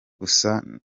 gusa